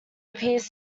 appears